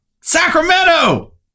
Sacramento